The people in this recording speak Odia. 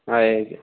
ହଏ